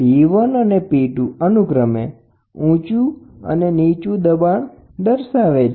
P1 અને P2 અનુક્રમે ઊંચું અને નીચુ દબાણ દર્શાવે છે